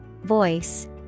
Voice